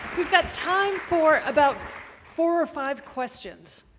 got time for about four or five questions.